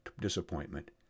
disappointment